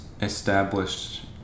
established